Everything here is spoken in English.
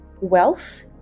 wealth